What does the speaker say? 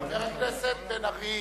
חבר הכנסת בן-ארי.